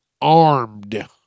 armed